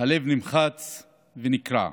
הלב נמחץ ונקרע.